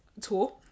tour